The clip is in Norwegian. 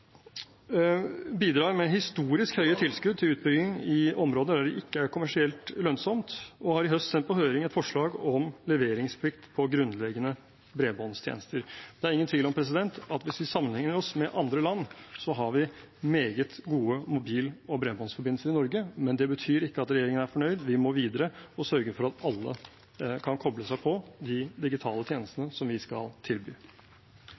bidrar med historisk høye tilskudd til utbygging i områder der det ikke er kommersielt lønnsomt, og har i høst sendt på høring et forslag om leveringsplikt på grunnleggende bredbåndstjenester. Det er ingen tvil om at hvis vi sammenligner oss med andre land, har vi meget gode mobil- og bredbåndsforbindelser i Norge, men det betyr ikke at regjeringen er fornøyd. Vi må videre og sørge for at alle kan koble seg på de digitale tjenestene som vi skal tilby.